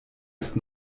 ist